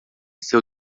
seu